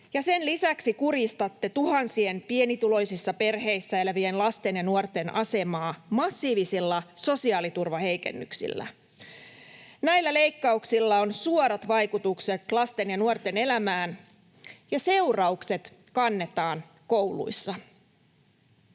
sen lisäksi kurjistatte tuhansien pienituloisissa perheissä elävien lasten ja nuorten asemaa massiivisilla sosiaaliturvaheikennyksillä. Näillä leikkauksilla on suorat vaikutukset lasten ja nuorten elämään, ja seuraukset kannetaan kouluissa.